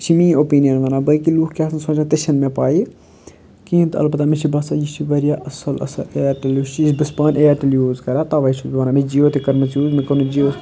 یہِ چھِ میٛٲنۍ اوپیٖنِیَن وَنان باقٕے لوٗکھ کیٛاہ چھِ آسان سونٛچان تہِ چھَ نہٕ مےٚ پَیی کِہیٖنٛۍ تہٕ البتہٕ مےٚ چھُ باسان یہِ چھِ واریاہ اَصٕل اَصٕل اِیَرٹیٚل یُس یہِ چھُس بہٕ پانہٕ اِیَرٹیٚل یوٗز کَران تَوَے چھُس بہٕ وَنان مےٚ چھ جِیو تہِ کٔرمٕژ یوٗز مےٚ کوٚرمُت جِیو